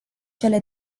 cele